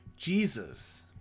Jesus